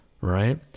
right